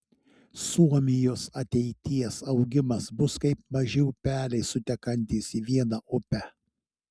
suomijos ateities augimas bus kaip maži upeliai sutekantys į vieną upę